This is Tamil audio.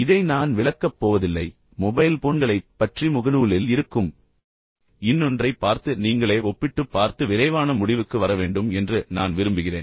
இதை நான் விளக்கப் போவதில்லை மொபைல் போன்களைப் பற்றி முகநூலில் இருக்கும் இன்னொன்றைப் பார்த்து நீங்களே ஒப்பிட்டுப் பார்த்து விரைவான முடிவுக்கு வர வேண்டும் என்று நான் விரும்புகிறேன்